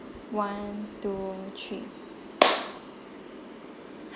one two three